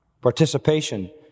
participation